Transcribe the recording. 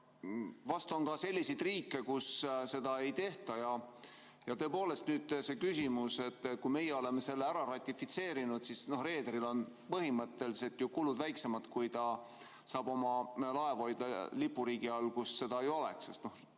Aga vast on ka selliseid riike, kus seda ei tehta. Tõepoolest, nüüd on see küsimus, et kui meie oleme selle ära ratifitseerinud, siis reederil on põhimõtteliselt ju kulud väiksemad, kui ta saab oma laevu hoida lipuriigi all, kus seda ei ole, sest